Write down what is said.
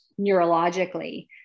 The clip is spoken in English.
neurologically